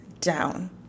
down